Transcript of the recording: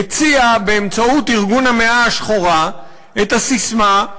הציעה באמצעות ארגון "המאה השחורה" את הססמה: